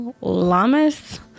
Lamas